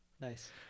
Nice